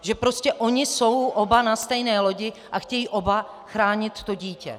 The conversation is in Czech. Že prostě oni jsou oba na stejné lodi a chtějí oba chránit to dítě.